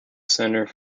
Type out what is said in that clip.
centre